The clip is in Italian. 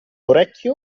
orecchio